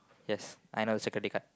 yes I know security guard